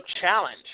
challenge